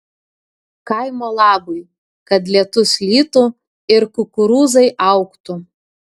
kaimo labui kad lietus lytų ir kukurūzai augtų